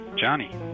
Johnny